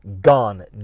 gone